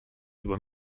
über